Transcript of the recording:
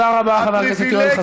תודה רבה, חבר הכנסת חסון.